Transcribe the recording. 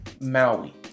Maui